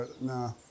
nah